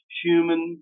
human